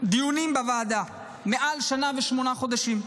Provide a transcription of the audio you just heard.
דיונים בוועדה מעל שנה ושמונה חודשים.